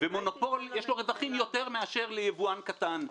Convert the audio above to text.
מונופול שיש לו רווחים יותר מאשר ליבואן קטן.